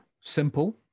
simple